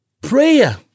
Prayer